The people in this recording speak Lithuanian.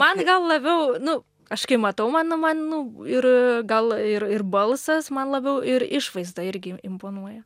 man gal labiau nu aš kai matau man man nu ir gal ir ir balsas man labiau ir išvaizda irgi i imponuoja